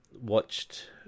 watched